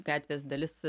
gatvės dalis